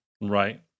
Right